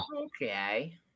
Okay